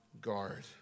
guard